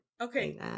Okay